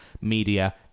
media